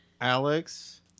Alex